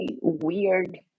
weird